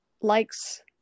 likes